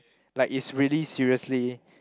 like is really seriously